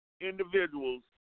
individuals